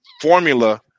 formula